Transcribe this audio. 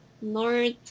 north